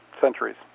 centuries